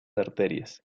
arterias